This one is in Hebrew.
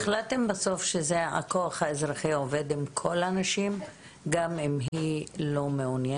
החלטתם בסוף שהכוח האזרחי עובד עם כל הנשים גם אם היא לא מעוניינת.